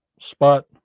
spot